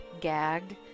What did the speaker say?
gagged